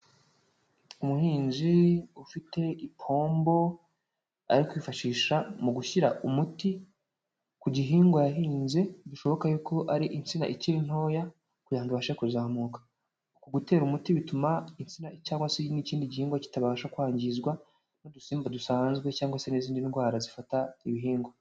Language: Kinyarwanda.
Umuhinzi ufite ipombo ari kwifashisha mu gushyira umuti ku gihingwa yahinze, bishoboka y'uko ari insina ikiri ntoya, kugira ngo ibashe kuzamuka, uku gutera umuti bituma insina cyangwase n'ikindi gihingwa kitabasha kwangizwa n'udusimba dusanzwe cyangwa se n'izindi ndwara zifata ibihingwa.